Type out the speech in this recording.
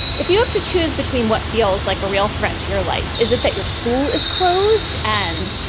if you have to choose between what feels like a real threat to your life, is it that your school is closed? and,